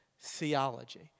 theology